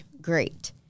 great